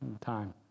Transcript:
time